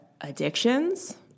addictions